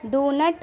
donut